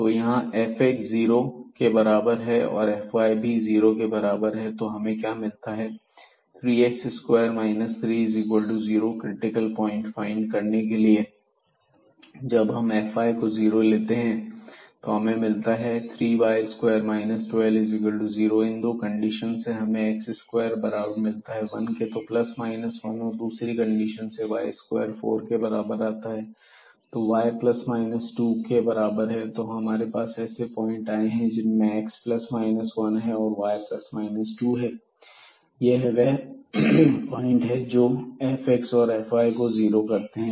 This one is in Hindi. तो यहां fxxy जीरो के बराबर है और fyxy भी जीरो के बराबर है तो हमें क्या मिलता है 3x2 30 क्रिटिकल प्वाइंट फाइंड करने के लिए जब हम fyxy लेते हैं तो हमें मिलता है 3y2 120 इन दो कंडीशन से हमें x2 बराबर मिलता है 1 के तो x ±1 है और दूसरी कंडीशन से y2 4 के बराबर है तो y ±2 के बराबर आता है तो हमारे पास ऐसे पॉइंट्स आए हैं जिनमें x ±1है और y ±2 है यह है वह पॉइंट हैं जो fx और fy को 0 करते हैं